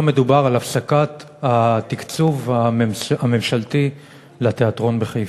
לא מדובר על הפסקת התקצוב הממשלתי לתיאטרון בחיפה.